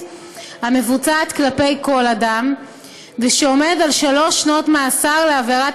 המבוצעת כלפי כל אדם ועומד על שלוש שנות מאסר לעבירת